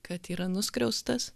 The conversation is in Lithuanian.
kad yra nuskriaustas